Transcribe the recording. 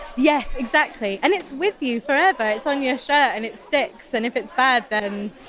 yes exactly, and it's with you forever, it's on your shirt and it sticks and if it's bad then.